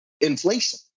inflation